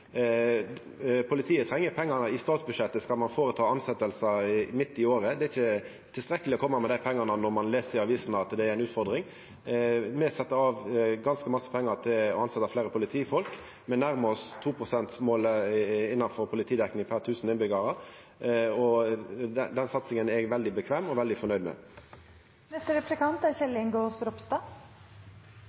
Politiet treng pengane i statsbudsjettet dersom ein skal gjera tilsetjingar midt i året, det er ikkje tilstrekkeleg å koma med dei pengane når ein les i avisene at det er ei utfording. Me sette av ganske mykje pengar til å tilsetja fleire politifolk. Me nærmar oss 2-prosentmålet innanfor politidekninga per tusen innbyggjarar. Den satsinga er eg veldig komfortabel og fornøgd